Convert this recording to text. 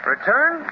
Return